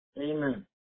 Amen